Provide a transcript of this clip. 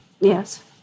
Yes